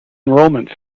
enrollment